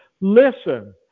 Listen